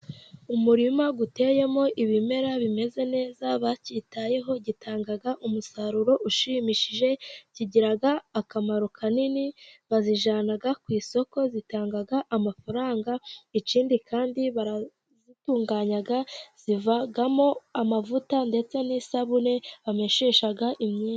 Umurima uteyemo ibimera bimeze neza, bacyitayeho gitanga umusaruro ushimishije, kigira akamaro kanini, bazijyana ku isoko, zitanga amafaranga, ikindi kandi barazitunganya, zivamo amavuta, ndetse n'isabune bameshesha imyenda.